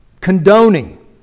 condoning